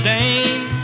Dame